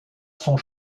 sont